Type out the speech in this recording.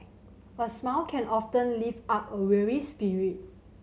a smile can often lift up a weary spirit